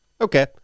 okay